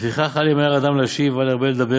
לפיכך אל ימהר אדם להשיב ואל ירבה לדבר